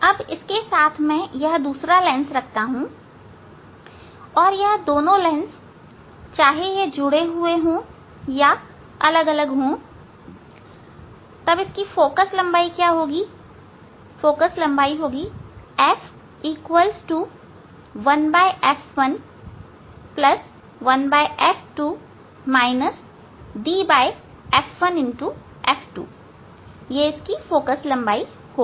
अब इसके साथ मैं दूसरा लेंस रखता हूं दूसरा लेंस रखता हूं और यह दोनों लेंस चाहे यहां जुड़े हो या यह अलग अलग हो सकते हैं तब फोकल लंबाई इसकी फोकल लंबाई f 1f11f2 df1 f2 का जोड़ होगी